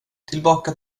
tillbaka